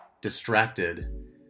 distracted